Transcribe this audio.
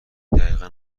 دقیقا